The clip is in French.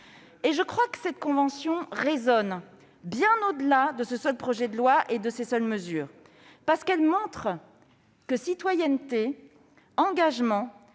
jaunes ? Cette Convention résonne bien au-delà de ce seul projet de loi et de ces seules mesures : elle montre que citoyenneté, engagement,